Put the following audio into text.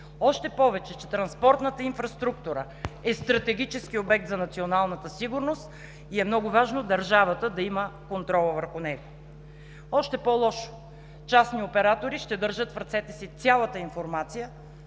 още повече че транспортната инфраструктура е стратегически обект за националната сигурност и е много важно държавата да има контрола върху него. Още по-лошо – частни оператори ще държат в ръцете си цялата информация